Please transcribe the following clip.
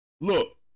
look